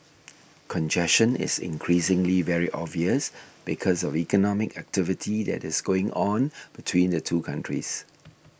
congestion is increasingly very obvious because of economic activity that is going on between the two countries